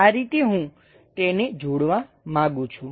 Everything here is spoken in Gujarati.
આ રીતે હું તેને જોડવા માંગુ છું